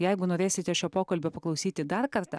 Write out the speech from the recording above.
jeigu norėsite šio pokalbio paklausyti dar kartą